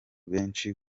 benshi